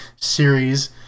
series